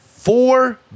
Four